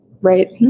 Right